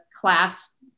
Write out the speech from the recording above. class